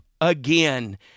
again